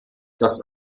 das